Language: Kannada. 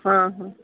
ಹಾಂ ಹಾಂ